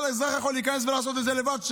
כל אזרח יכול להיכנס ולעשות את זה לבד.